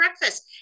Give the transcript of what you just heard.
breakfast